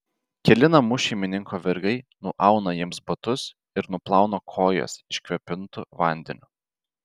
keli namų šeimininko vergai nuauna jiems batus ir nuplauna kojas iškvėpintu vandeniu